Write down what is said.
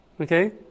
Okay